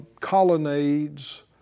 colonnades